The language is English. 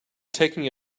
taking